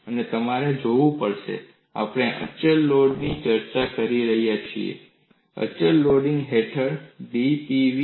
અને તમારે જોવું પડશે આપણે અચળ લોડિંગની ચર્ચા કરી રહ્યા છીએ અચળ લોડિંગ હેઠળ dp 0